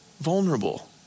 vulnerable